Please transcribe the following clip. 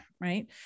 right